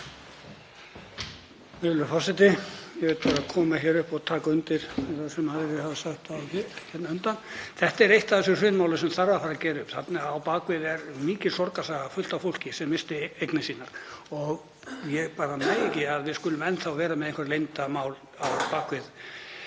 Þetta er eitt af þessum hrunmálum sem þarf að fara að gera upp. Þarna á bak við er mikil sorgarsaga, fullt af fólki sem missti eignir sínar og ég bara næ því ekki að við skulum enn þá vera með einhver leyndarmál á bak við